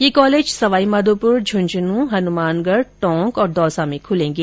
ये कॉलेज सवाई माधोपुर झुंझुनू हनुमानगढ़ टोंक और दौसा में खुलेगे